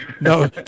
No